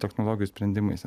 technologijų sprendimais